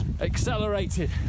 accelerated